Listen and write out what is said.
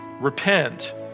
Repent